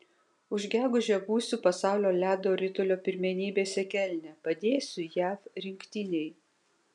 ir gegužę būsiu pasaulio ledo ritulio pirmenybėse kelne padėsiu jav rinktinei